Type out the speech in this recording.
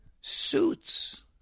suits